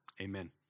Amen